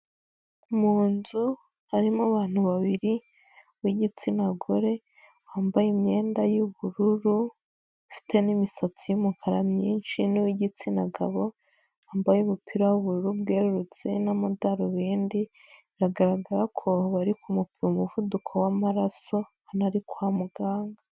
Mu nzu harimo abantu babiri, uw'igitsina gore, wambaye imyenda y'ubururu, ifite n'imisatsi y'umukara myinshi n'uw'igitsina gabo, wambaye umupira w'ubururu bwerurutse n'amadarubindi, biragaragara ko bari kumupima umuvuduko w'amaraso, anari kwa muganga.